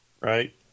right